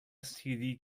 std